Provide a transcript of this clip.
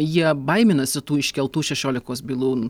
jie baiminasi tų iškeltų šešiolikos bylų